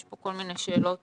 עולות פה כל מיני שאלות.